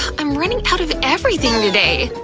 i'm running out of everything today!